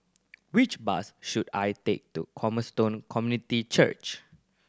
which bus should I take to Cornerstone Community Church